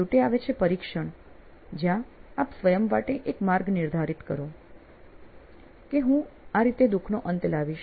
છેવટે આવે છે પરીક્ષણ જ્યાં આપ સ્વયં માટે એક માર્ગ નિર્ધારિત કરો છે કે હું આ રીતે દુખનો અંત લાવીશ